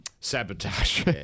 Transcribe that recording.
sabotage